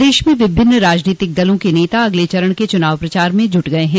प्रदेश में विभिन्न राजनीतिक दलों के नेता अगले चरण के चुनाव प्रचार में जुट गये हैं